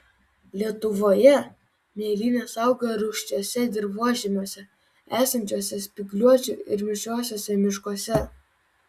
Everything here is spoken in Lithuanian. lietuvoje mėlynės auga rūgščiuose dirvožemiuose esančiuose spygliuočių ir mišriuosiuose miškuose